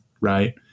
right